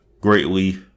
greatly